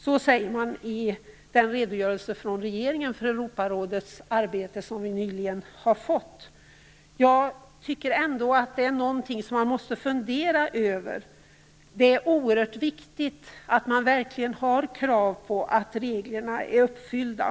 Så säger man i den redogörelse för Europarådets arbete som vi nyligen har fått från regeringen. Jag tycker ändå att det är någonting som man måste fundera över. Det är oerhört viktigt att man verkligen har krav på att reglerna är uppfyllda.